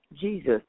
Jesus